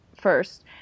first